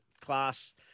class